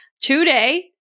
today